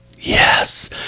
Yes